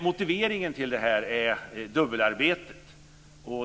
Motiveringen till det här är dubbelarbetet.